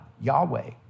Yahweh